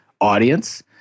audience